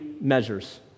measures